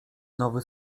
nowy